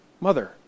mother